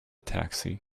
taxi